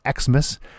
Xmas